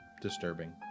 Disturbing